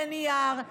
לנייר,